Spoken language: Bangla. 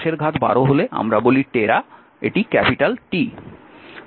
তারপর 10 এর ঘাত 12 হলে আমরা বলি টেরা এটা ক্যাপিটাল T